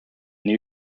new